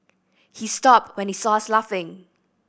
he stopped when he saw us laughing